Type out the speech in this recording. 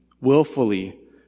willfully